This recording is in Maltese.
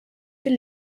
fil